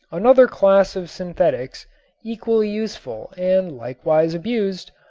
another class of synthetics equally useful and likewise abused,